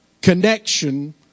connection